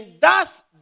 thus